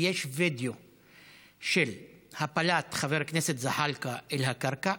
ויש וידיאו של הפלת חבר הכנסת זחאלקה אל הקרקע,